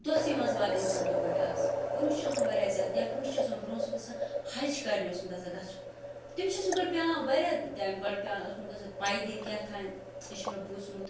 دوہسٕے منٛز واتہِ اِنسان دُبَے اَز برٛونٛہہ چھُ اوسمُت واریاہ زیادٕ یا کٲنٛسہِ چھُ اوسمُت برٛونٛہہ اوس سُہ گَژھان حَج کَرنہِ اوسمُت آسان گژھُن تٔمِس چھُ اوسمُت گۄڈٕ پٮ۪وان واریاہ ٹایم گۄڈٕ پٮ۪وان اوسمُت گَژھان پٲدٕلۍ کیٛاہتانۍ یہِ چھُ مےٚ بوٗزمُت